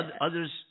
Others